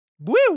Woo